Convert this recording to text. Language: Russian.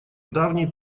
давней